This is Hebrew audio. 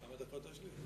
כמה דקות יש לי?